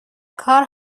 کار